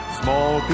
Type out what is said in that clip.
small